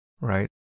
right